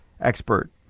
expert